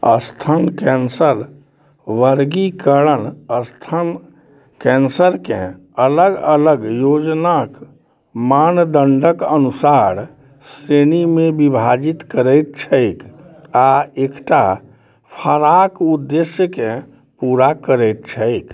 स्तन कैन्सर वर्गीकरण स्तन कैन्सरके अलग अलग योजनाके मानदण्डके अनुसार श्रेणीमे विभाजित करैत छै आओर एकटा फराक उद्देश्यके पूरा करैत छै